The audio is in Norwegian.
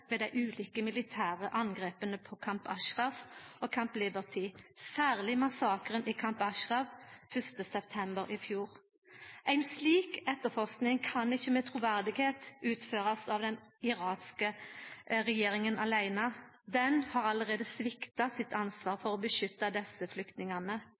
ved dei ulike militære angrepa på Camp Ashraf og Camp Liberty, særleg massakren i Camp Ashraf 1. september i fjor. Ei slik etterforsking kan ikkje med truverde utførast av den irakiske regjeringa aleine. Ho har allereie svikta sitt ansvar for å beskytta desse flyktningane.